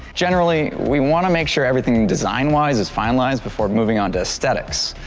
generally we want to make sure everything design-wise is finalized before moving on to aesthetics.